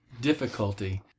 difficulty